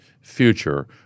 future